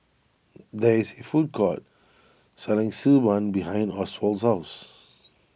there is a food court selling Xi Ban behind Oswald's house